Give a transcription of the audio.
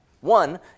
One